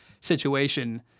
situation